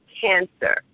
cancer